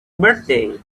birthday